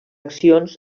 accions